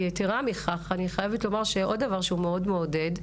ויתרה מכך, אני חייבת לומר עוד דבר מעודד מאוד.